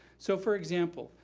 so, for example,